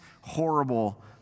horrible